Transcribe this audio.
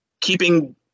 keeping